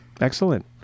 Excellent